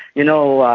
you know,